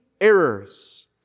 errors